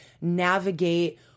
navigate